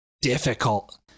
difficult